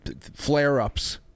flare-ups